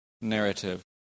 narrative